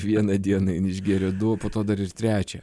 vieną dieną jin išgėrė du o po to dar ir trečią